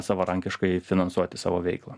savarankiškai finansuoti savo veiklą